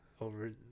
over